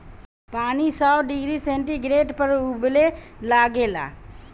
पानी सौ degree centigrade पर उबले लागेला